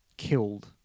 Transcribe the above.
killed